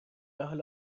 حال